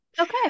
Okay